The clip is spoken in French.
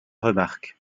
remarque